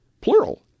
plural